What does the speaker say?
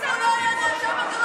הוא לא היה נאשם אז.